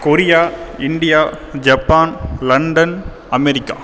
Korea India Japan London America